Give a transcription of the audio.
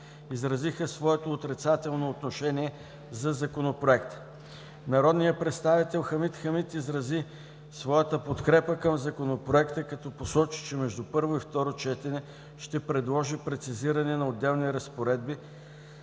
изразиха своето отрицателно становище за Законопроекта. Народният представител Хамид Хамид изрази своята подкрепа към Законопроекта, като посочи, че между първо и второ четене ще предложи прецизиране на отделни разпоредби,